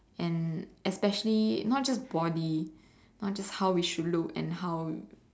and especially not just body not just how we should look and how